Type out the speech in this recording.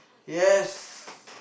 yes